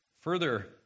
Further